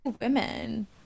women